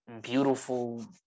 beautiful